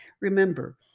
Remember